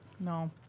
No